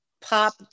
Pop